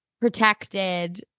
protected